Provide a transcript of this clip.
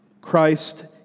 Christ